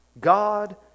God